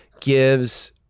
gives